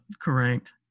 correct